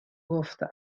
گفتم